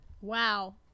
Wow